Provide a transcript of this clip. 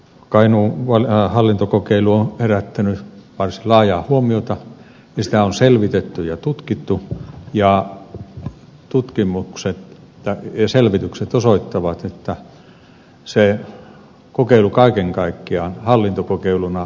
kainuun hallintokokeilu on herättänyt varsin laajaa huomiota ja sitä on selvitetty ja tutkittu ja tutkimukset ja selvitykset osoittavat että kokeilu kaiken kaikkiaan hallintokokeiluna on onnistunut